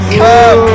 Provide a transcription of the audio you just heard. come